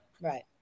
Right